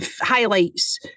highlights